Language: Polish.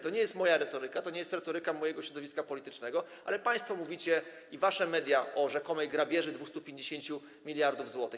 To nie jest moja retoryka, to nie jest retoryka mojego środowiska politycznego, ale państwo mówicie i wasze media mówią o rzekomej grabieży 250 mld zł.